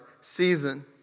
season